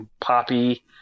poppy